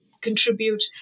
contribute